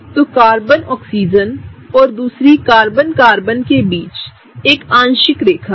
तो carbon oxygen और दूसरी कार्बन कार्बन के बीच एक आंशिक रेखा है